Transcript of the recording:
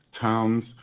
towns